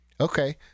Okay